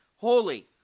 Holy